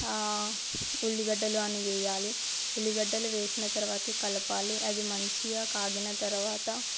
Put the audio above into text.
ఉల్లిగడ్డలు అని వేయాలి ఉల్లిగడ్డలు వేసిన తరువాత కలపాలి అది మంచిగా కాగిన తరువాత